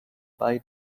bei